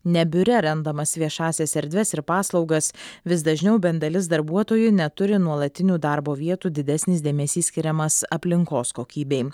ne biure randamas viešąsias erdves ir paslaugas vis dažniau bent dalis darbuotojų neturi nuolatinių darbo vietų didesnis dėmesys skiriamas aplinkos kokybei